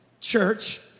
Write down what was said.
church